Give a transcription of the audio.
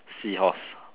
sea horse